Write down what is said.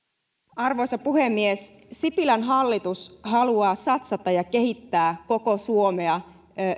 arvoisa puhemies sipilän hallitus haluaa satsata ja kehittää koko suomea